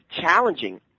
challenging